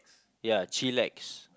ya chillax